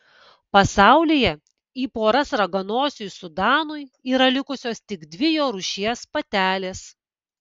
pasaulyje į poras raganosiui sudanui yra likusios tik dvi jo rūšies patelės